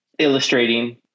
Illustrating